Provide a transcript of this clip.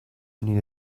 need